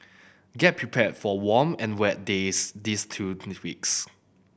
get prepared for warm and wet days these two next weeks